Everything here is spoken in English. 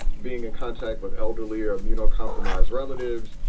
being in contact with elderly or immunocompromised relatives.